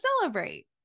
celebrate